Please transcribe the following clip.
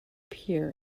pier